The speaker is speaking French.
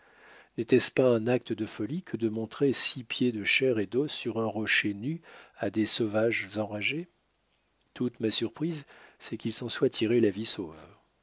n'était-ce pas un acte de folie que de montrer six pieds de chair et d'os sur un rocher nu à des sauvages enragés toute ma surprise c'est qu'il s'en soit tiré la vie sauve